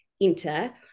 enter